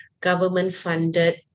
government-funded